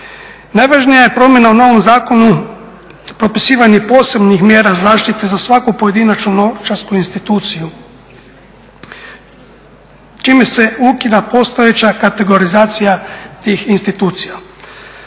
Najvažnija je promjena u novom zakonu popisivanje posebnih mjera zaštite za svaku pojedinačnu novčarsku instituciju čime se ukida postojeća kategorizacija tih institucija.